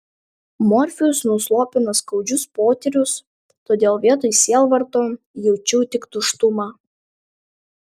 morfijus nuslopina skaudžius potyrius todėl vietoj sielvarto jaučiu tik tuštumą